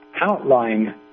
outline